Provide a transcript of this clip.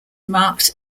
marked